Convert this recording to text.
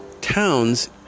towns